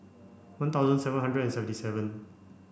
one thousand seven hundred and seventy seven